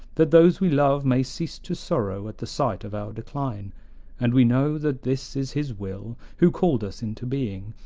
that those we love may cease to sorrow at the sight of our decline and we know that this is his will who called us into being,